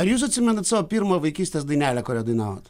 ar jūs atsimenat savo pirmą vaikystės dainelę kurią dainavot